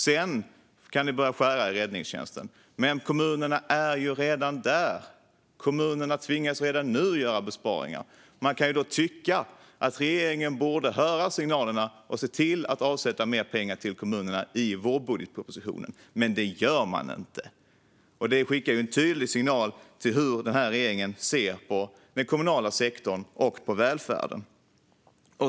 Sedan kan ni börja skära i räddningstjänsten. Men kommunerna är ju redan där. Kommunerna tvingas redan nu göra besparingar. Man kan då tycka att regeringen borde höra signalerna och se till att avsätta mer pengar till kommunerna i vårbudgetpropositionen, men det gör de inte. Det skickar en tydlig signal om hur regeringen ser på den kommunala sektorn och på välfärden.